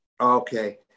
Okay